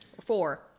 four